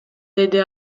деди